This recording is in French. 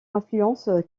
influence